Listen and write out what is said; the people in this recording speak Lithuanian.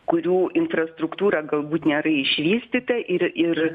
kurių infrastruktūra galbūt nėra išvystyta ir ir